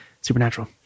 Supernatural